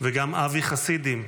וגם אבי חסידים,